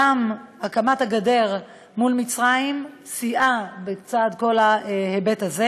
גם הקמת הגדר מול מצרים סייעה בכל ההיבט הזה.